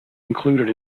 included